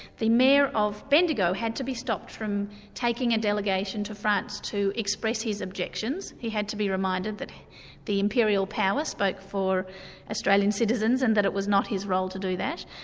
the mayor of bendigo had to be stopped from taking a delegation to france to express his objections, he had to be reminded that the imperial palace spoke but for australian citizens and that it was not his role to do that.